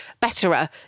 betterer